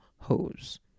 Hose